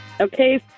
Okay